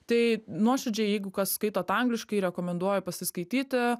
tai nuoširdžiai jeigu kas skaitot angliškai rekomenduoju pasiskaityti